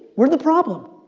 we're the problem.